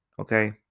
Okay